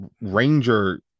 ranger